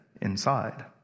inside